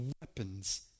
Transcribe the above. weapons